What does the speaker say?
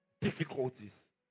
difficulties